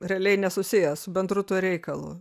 realiai nesusijęs su bendru tuo reikalu